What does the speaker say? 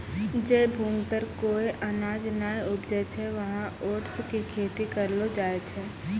जै भूमि पर कोय अनाज नाय उपजै छै वहाँ ओट्स के खेती करलो जाय छै